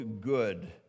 good